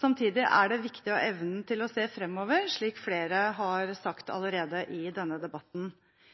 Samtidig er det viktig å ha evnen til å se framover, slik flere har sagt allerede i denne debatten.